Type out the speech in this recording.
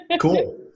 Cool